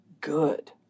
good